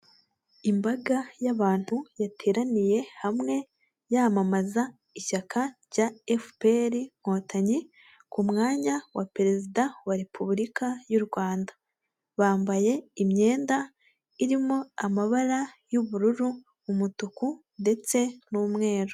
Imbaga y'abantu yateraniye hamwe, yamamaza ishyaka rya FPR inkotanyi ku mwanya wa Perezida wa Repubulika y'u Rwanda. Bambaye imyenda irimo amabara y'ubururu, umutuku ndetse n'umweru.